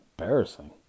embarrassing